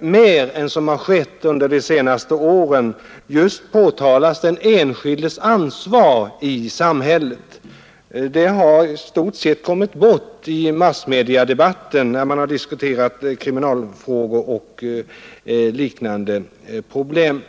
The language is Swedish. mer än som har skett under de senaste åren påtala den enskildes ansvar i samhället. Det har i stort sett kommit bort i massmediedebatten om kriminaliteten och liknande problem.